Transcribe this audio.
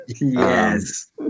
Yes